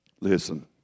Listen